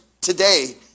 today